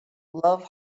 love